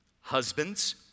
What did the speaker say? Husbands